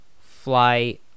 fly